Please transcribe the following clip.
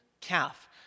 calf